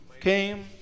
came